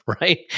right